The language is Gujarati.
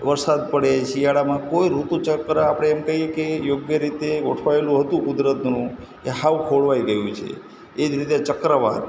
વરસાદ પડે શિયાળામાં કોઈ ઋતુ ચક્ર આપણે એમ કહીએ કે યોગ્ય રીતે ગોઠવાયેલું હતું કુદરતનું એ સાવ ખોરવાઈ ગયું છે એ જ રીતે ચક્રવાત